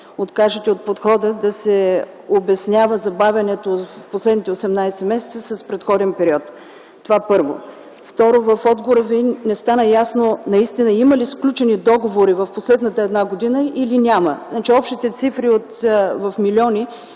откажете от подхода да се обяснява забавянето за последните 18 месеца с предходен период. Второ, от отговора Ви не стана ясно наистина има ли сключени договори за последната една година или не. Общите цифри в милиони